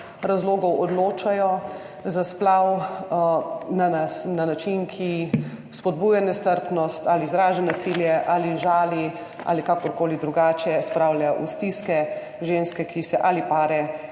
razlogov odločajo za splav, na način, ki spodbuja nestrpnost ali izraža nasilje ali žali ali kakorkoli drugače spravlja v stiske ženske ali pare,